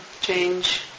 change